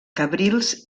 cabrils